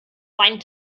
seinen